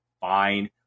fine